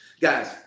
Guys